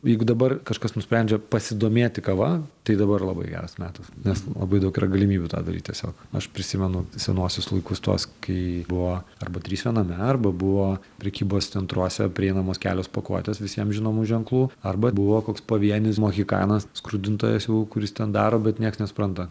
jeigu dabar kažkas nusprendžia pasidomėti kava tai dabar labai geras metas nes labai daug yra galimybių tą daryti tiesiog aš prisimenu senuosius laikus tuos kai buvo arba trys viename arba buvo prekybos centruose prieinamos kelios pakuotės visiems žinomų ženklų arba buvo koks pavienis mohikanas skrudintojas jau kuris ten daro bet nieks nesupranta